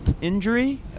injury